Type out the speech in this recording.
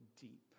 deep